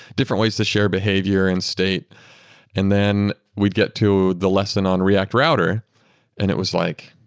different ways to share behavior and state and then we'd get to the lesson on react router and it was like,